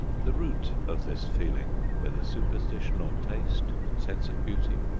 the root of this feeling, whether superstition or taste, sense of beauty,